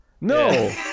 no